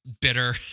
bitter